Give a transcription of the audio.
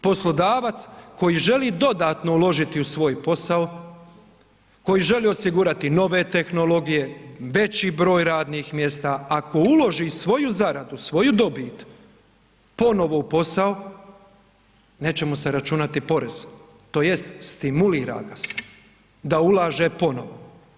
Poslodavac koji želi dodatno uložiti u svoj posao, koji želi osigurati nove tehnologije, veći broj radnih mjesta, ako uloži sviju zaradu, svoju dobit ponovno u posao, neće mu se računati porez, tj. stimulira ga se da ulaže ponovo.